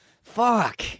Fuck